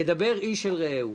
כדבר איש אל רעהו,